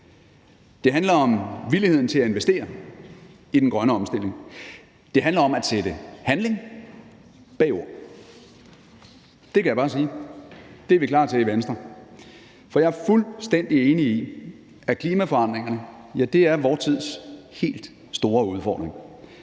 det handler om villigheden til at investere i den grønne omstilling; det handler om at sætte handling bag ord. Det kan jeg bare sige vi er klar til i Venstre, for jeg er fuldstændig enig i, at klimaforandringerne er vores tids helt store udfordring.